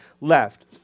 left